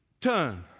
turn